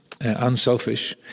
unselfish